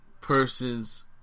person's